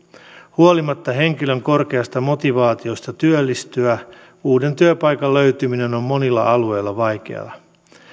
huolimatta henkilön korkeasta motivaatiosta työllistyä uuden työpaikan löytyminen on monilla alueilla vaikeaa